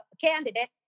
candidate